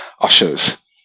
ushers